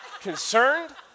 concerned